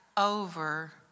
Over